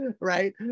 right